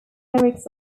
lyrics